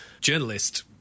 journalist